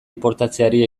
inportatzeari